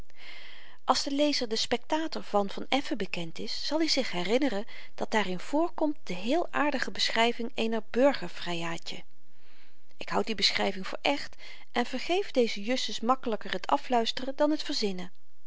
als den lezer de spectator van van effen bekend is zal i zich herinneren dat daarin voorkomt de heel aardige beschryving eener burger vryaadje ik houd die beschryving voor echt en vergeef dezen justus makkelyker t afluisteren dan t verzinnen